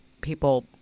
people